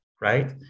right